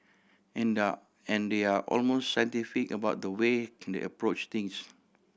and there're and they are almost scientific about the way they approach things